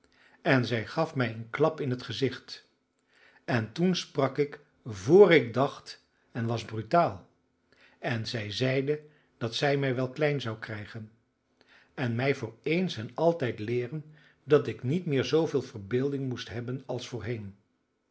en zij gaf mij een klap in het gezicht en toen sprak ik vr ik dacht en was brutaal en zij zeide dat zij mij wel klein zou krijgen en mij voor eens en altijd leeren dat ik niet meer zooveel verbeelding moest hebben als voorheen